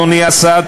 אדוני השר,